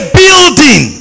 building